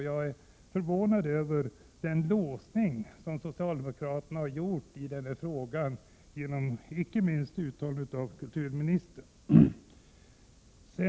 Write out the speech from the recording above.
Jag är förvånad över den låsning som socialdemokraterna har i den här frågan, inte minst genom uttalanden av kulturministern.